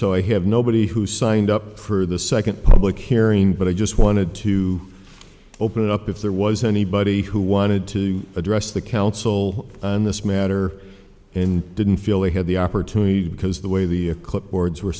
so i have nobody who signed up for the second public hearing but i just wanted to open it up if there was anybody who wanted to address the council on this matter in didn't feel they had the opportunity because the way the clipboards were